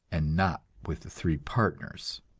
and not with the three partners.